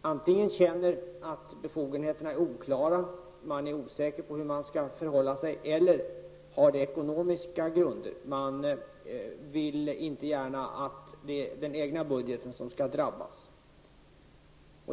antingen känner att befogenheterna är oklara, man är osäker på hur man skall förhålla sig, eller också har det ekonomiska orsaker. Man vill inte gärna att den egna budgeten skall drabbas.